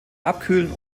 abkühlen